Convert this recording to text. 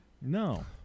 No